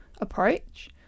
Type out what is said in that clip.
approach